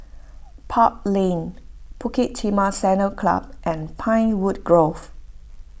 Park Lane Bukit Timah Saddle Club and Pinewood Grove